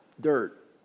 dirt